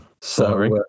Sorry